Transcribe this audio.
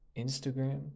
Instagram